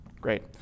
Great